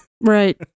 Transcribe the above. Right